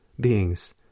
beings